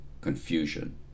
confusion